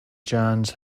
johns